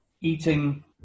Eating